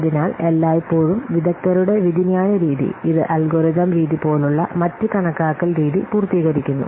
അതിനാൽ എല്ലായ്പ്പോഴും വിദഗ്ദ്ധരുടെ വിധിന്യായ രീതി ഇത് അൽഗോരിതം രീതി പോലുള്ള മറ്റ് കണക്കാക്കൽ രീതി പൂർത്തീകരിക്കുന്നു